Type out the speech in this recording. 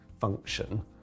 function